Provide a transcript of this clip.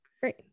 Great